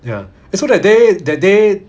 ya so that day that day